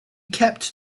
kept